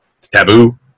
Taboo